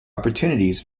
opportunities